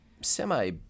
semi